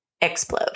explode